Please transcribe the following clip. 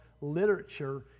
literature